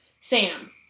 Sam